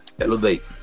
Elevate